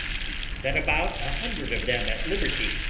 he set about a hundred of them at liberty,